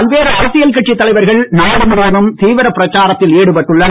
பல்வேறு அரசியல் கட்டத் தலைவர்கள் நாடு முழுவதும் தீவிரப் பிரச்சாரத்தில் ஈடுபட்டு உள்ளனர்